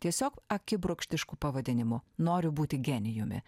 tiesiog akibrokštišku pavadinimu noriu būti genijumi